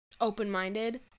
open-minded